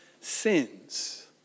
sins